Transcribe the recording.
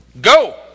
Go